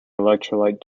electrolyte